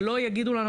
שלא יגידו לנו,